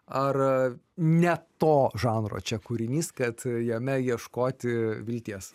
ar ne to žanro čia kūrinys kad jame ieškoti vilties